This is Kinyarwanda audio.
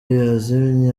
yazimye